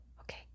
Okay